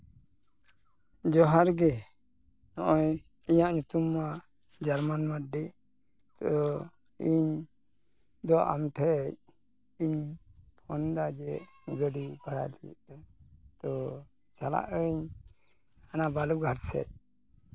ᱡᱚᱦᱟᱨ ᱜᱮ ᱱᱚᱜᱼᱚᱭ ᱤᱧᱟᱹᱜ ᱧᱩᱛᱩᱢ ᱢᱟ ᱡᱟᱨᱢᱟᱱ ᱢᱟᱰᱰᱤ ᱛᱚ ᱤᱧᱫᱚ ᱟᱢ ᱴᱷᱮᱡ ᱤᱧ ᱯᱷᱳᱱᱫᱟ ᱡᱮ ᱜᱟᱹᱰᱤ ᱵᱷᱟᱲᱟᱭ ᱞᱟᱹᱜᱤᱫ ᱛᱮ ᱛᱚ ᱪᱟᱞᱟᱜᱼᱟᱹᱧ ᱦᱟᱱᱟ ᱵᱟᱞᱩᱜᱷᱟᱴ ᱥᱮᱡ